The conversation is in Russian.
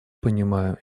понимаю